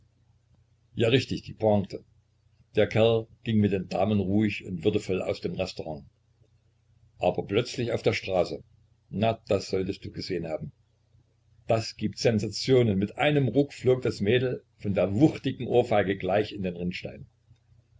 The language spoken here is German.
ja richtig die pointe der kerl ging mit den damen ruhig und würdevoll aus dem restaurant aber plötzlich auf der straße na das solltest du gesehen haben das gibt sensationen mit einem ruck flog das mädel von der wuchtigen ohrfeige gleich in den rinnstein